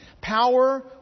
power